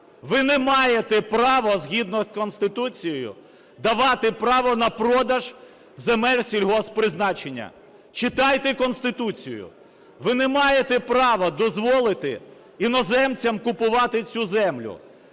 Ви не маєте права згідно з Конституцією давати право на продаж земель сільгосппризначення. Читайте Конституцію. Ви не маєте права дозволити іноземцям купувати цю землю.